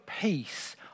peace